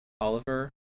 Oliver